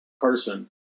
person